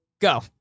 Go